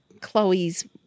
Chloe's